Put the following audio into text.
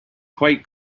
quite